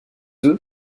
œufs